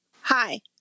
Hi